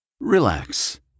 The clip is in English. Relax